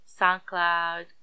soundcloud